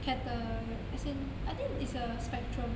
cater~ as in I think it's a spectrum